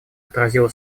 отразила